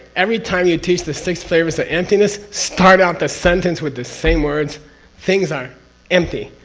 every time you teach the six flavors the emptiness start out the sentence with the same words things are empty